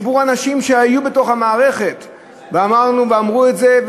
דיברו אנשים שהיו בתוך המערכת ואמרו את זה.